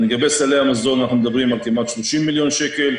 לגבי סלי המזון אנחנו מדברים על כמעט 30 מיליון שקל,